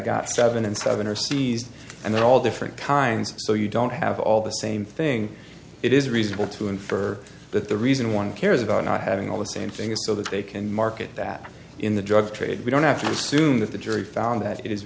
got seven and seven or cs and they're all different kinds so you don't have all the same thing it is reasonable to infer that the reason one cares about not having all the same thing is so that they can market that in the drug trade we don't have to assume that the jury found that it is